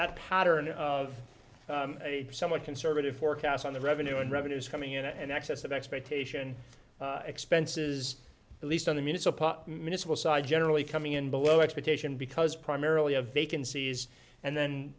pattern of a somewhat conservative forecast on the revenue and revenues coming in and excess of expectation expenses at least on the municipal municipal side generally coming in below expectation because primarily a vacancies and then